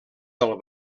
del